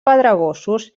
pedregosos